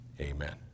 amen